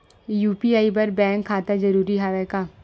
UPI बर bank खाता जरूरी हवय का?